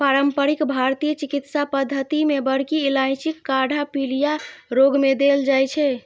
पारंपरिक भारतीय चिकित्सा पद्धति मे बड़की इलायचीक काढ़ा पीलिया रोग मे देल जाइ छै